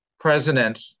president